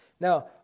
Now